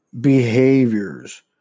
behaviors